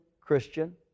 Christian